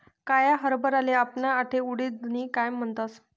काया हरभराले आमना आठे उडीदनी दाय म्हणतस